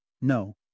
No